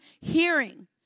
hearing